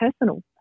personal